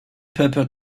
purple